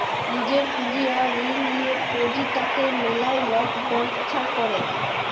লিজের পুঁজি আর ঋল লিঁয়ে পুঁজিটাকে মিলায় লক ব্যবছা ক্যরে